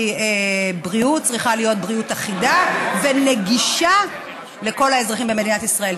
כי בריאות צריכה להיות בריאות אחידה ונגישה לכל האזרחים במדינת ישראל.